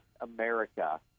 america